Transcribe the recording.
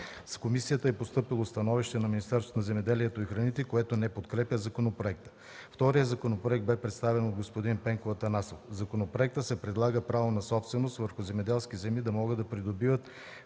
В комисията е постъпило становище на Министерството на земеделието и храните, което не подкрепя законопроекта. Вторият законопроект бе представен от господин Пенко Атанасов. В законопроекта се предлага право на собственост върху земеделски земи да могат да придобиват